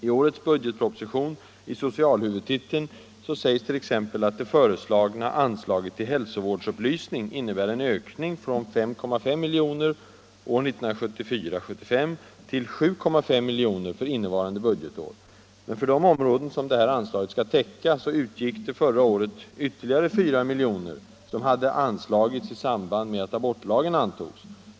I årets budgetproposition, i socialhuvudtiteln, sägs t.ex. att det föreslagna anslaget till hälsovårdsupplysning innebär en ökning från 5,5 miljoner år 1974/75 till 7,5 miljoner för innevarande budgetår. Men för de områden som anslaget skall täcka utgick förra året ytterligare 4 miljoner, som hade anslagits i samband med att abortlagen antogs.